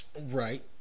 Right